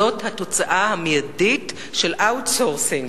זו התוצאה המיידית של מיקור-חוץ.